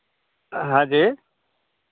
हाँ जी